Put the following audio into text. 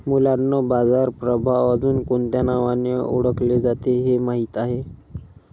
मुलांनो बाजार प्रभाव अजुन कोणत्या नावाने ओढकले जाते हे माहित आहे?